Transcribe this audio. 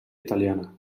italiana